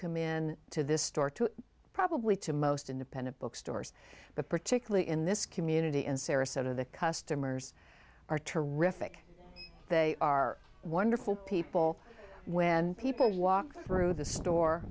come in to this store to probably to most independent bookstores but particularly in this community in sarasota the customers are terrific they are wonderful people when people walk through the store